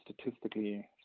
statistically